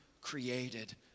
created